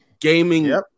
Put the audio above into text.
gaming